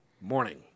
Morning